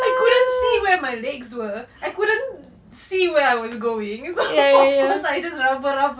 I couldn't see where my legs were I couldn't see where I was going so of course I just raba raba